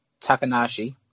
Takanashi